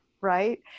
right